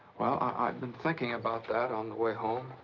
well, i-i-i've been thinking about that on the way home.